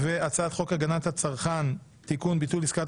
והצעת חוק הגנת הצרכן (תיקון - ביטול עסקת